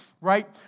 right